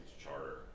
charter